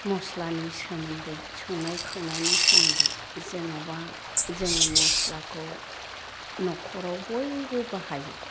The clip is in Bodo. मस्लानि सोमोन्दै संनाय खावनानि सोमोन्दै जेन'बा जों मस्लाखौ नखराव बयबो बाहायो